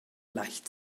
leicht